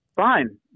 Fine